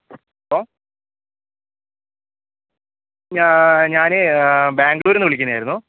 hello ഞാ ഞാനേ ബാംഗ്ലൂരിൽ നിന്ന് വിളിക്കണയായിരുന്നു